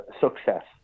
success